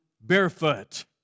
barefoot